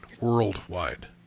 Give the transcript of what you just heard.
worldwide